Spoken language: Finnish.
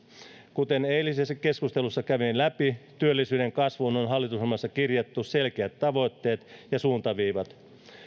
kuten eilisessä keskustelussa kävin läpi työllisyyden kasvuun on hallitusohjelmassa kirjattu selkeät tavoitteet ja suuntaviivat